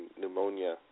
pneumonia